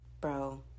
bro